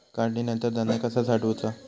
काढणीनंतर धान्य कसा साठवुचा?